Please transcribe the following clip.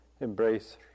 embrace